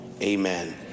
amen